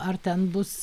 ar ten bus